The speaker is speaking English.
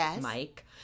Mike